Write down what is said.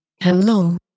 Hello